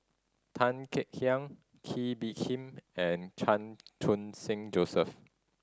Tan Kek Hiang Kee Bee Khim and Chan Khun Sing Joseph